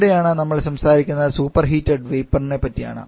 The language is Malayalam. ഇവിടെ നമ്മൾ സംസാരിക്കുന്നത് സൂപ്പർഹിറ്റഡ് വേപ്പർ പറ്റിയാണ്